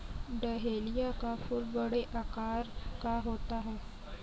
dahlia का फूल बड़े आकार का होता है